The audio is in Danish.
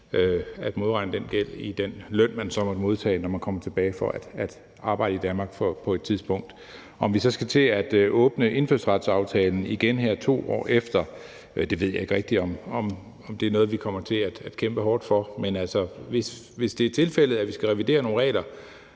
at modregne den gæld i den løn, man så måtte modtage, når man kommer tilbage for at arbejde i Danmark på et tidspunkt. Om vi så skal til at åbne indfødsretsaftalen igen her efter 2 år, ved jeg ikke rigtig, altså om det er noget, vi kommer til at kæmpe hårdt for. Men hvis det er tilfældet, at vi skal revidere nogle regler,